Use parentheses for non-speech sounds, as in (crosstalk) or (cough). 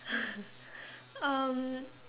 (laughs) um